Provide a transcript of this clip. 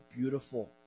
beautiful